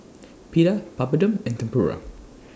Pita Papadum and Tempura